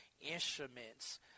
instruments